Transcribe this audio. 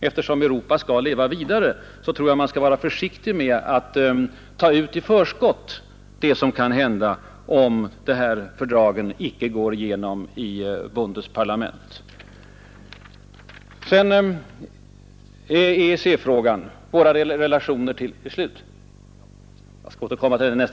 Eftersom Europa skall leva vidare, tror jag att man skall vara försiktig med att ta ut i förskott det som kan hända om fördragen icke går igenom i Bundesparlament.